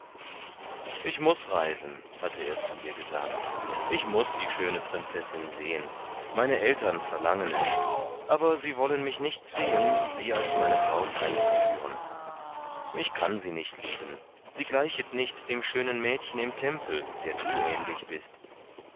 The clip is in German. ich muß reisen hatte er zu ihr gesagt ich muß die schöne prinzessin sehen meine eltern verlangen es aber sie wollen mich nicht zwingen sie als meine braut heimzuführen ich kann sie nicht lieben sie gleichet nicht dem schönen mädchen im tempel der du ähnlich bist